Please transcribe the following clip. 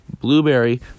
blueberry